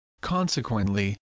consequently